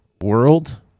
World